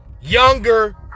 younger